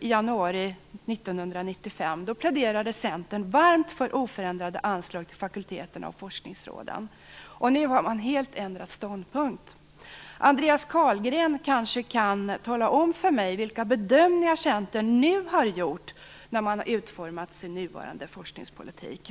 januari 1995, pläderade Centern varmt för oförändrade anslag till fakulteterna och forskningsråden. Nu har man helt ändrat ståndpunkt. Andreas Carlgren kanske kan tala om för mig vilka bedömningar Centern har gjort när man har utformat sin nuvarande forskningspolitik.